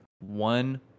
one